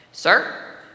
sir